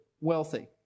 wealthy